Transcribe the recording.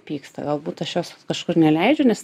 pyksta galbūt aš jos kažkur neleidžiu nes